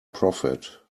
profit